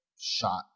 shot